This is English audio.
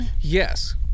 Yes